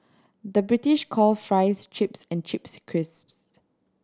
the British call fries chips and chips crisps